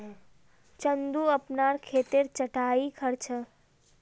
चंदू अपनार खेतेर छटायी कर छ